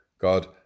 God